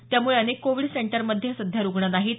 त्यामुळे अनेक कोविड सेंटरमध्ये सध्या रुग्ण नाहीत